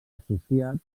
associat